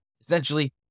Essentially